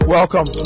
Welcome